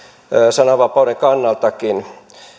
sananvapauden kannaltakin